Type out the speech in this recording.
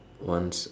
once